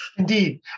Indeed